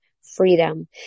freedom